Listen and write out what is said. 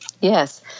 Yes